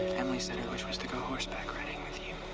emily said her wish was to go horseback riding with you.